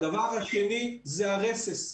הדבר השני זה הרסס.